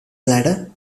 bladder